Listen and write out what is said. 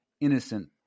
innocent